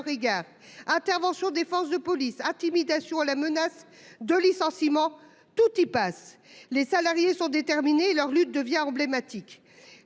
Intervention des forces de police intimidation à la menace de licenciement, tout y passe. Les salariés sont déterminés, leur lutte devient emblématique.